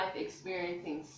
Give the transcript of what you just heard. experiencing